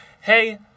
hey